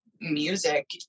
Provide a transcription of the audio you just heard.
music